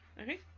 Okay